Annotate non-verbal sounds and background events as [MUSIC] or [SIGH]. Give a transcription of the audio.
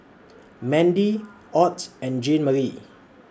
[NOISE] Mandie Ott and Jeanmarie